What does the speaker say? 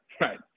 Right